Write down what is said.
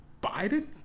Biden